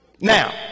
now